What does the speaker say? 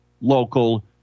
local